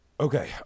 okay